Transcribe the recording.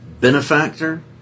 benefactor